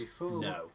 no